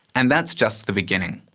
and that's just the beginning.